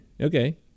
okay